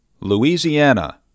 Louisiana